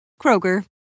Kroger